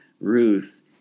Ruth